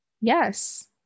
Yes